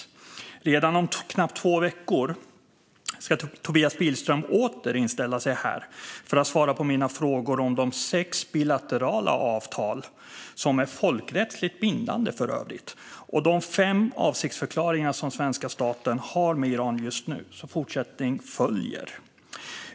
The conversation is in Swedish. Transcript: Redan om knappt två veckor ska Tobias Billström åter inställa sig här för att svara på mina frågor om de sex bilaterala avtal, som för övrigt är folkrättsligt bindande, och de fem avsiktsförklaringar som svenska staten har med Iran just nu. Fortsättning följer alltså.